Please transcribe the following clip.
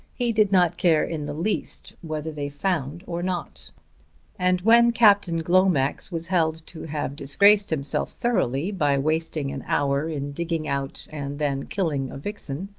he did not care in the least whether they found or not and when captain glomax was held to have disgraced himself thoroughly by wasting an hour in digging out and then killing a vixen,